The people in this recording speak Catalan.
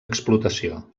explotació